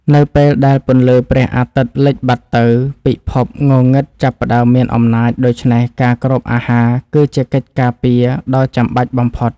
នៅពេលដែលពន្លឺព្រះអាទិត្យលិចបាត់ទៅពិភពងងឹតចាប់ផ្តើមមានអំណាច ដូច្នេះការគ្របអាហារ គឺជាកិច្ចការពារដ៏ចាំបាច់បំផុត។